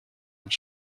een